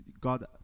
god